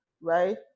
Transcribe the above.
right